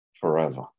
forever